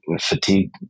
fatigue